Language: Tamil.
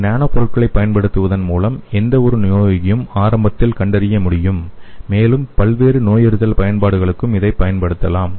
இந்த நானோ பொருட்களைப் பயன்படுத்துவதன் மூலம் எந்தவொரு நோயையும் ஆரம்பத்தில் கண்டறிய முடியும் மேலும் பல்வேறு நோயறிதல் பயன்பாடுகளுக்கும் இதைப் பயன்படுத்தலாம்